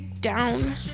down